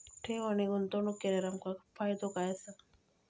ठेव आणि गुंतवणूक केल्यार आमका फायदो काय आसा?